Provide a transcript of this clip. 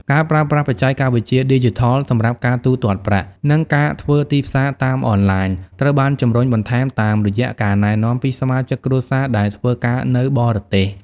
ការប្រើប្រាស់បច្ចេកវិទ្យាឌីជីថលសម្រាប់ការទូទាត់ប្រាក់ និងការធ្វើទីផ្សារតាមអនឡាញត្រូវបានជម្រុញបន្ថែមតាមរយៈការណែនាំពីសមាជិកគ្រួសារដែលធ្វើការនៅបរទេស។